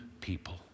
people